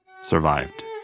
survived